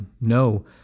No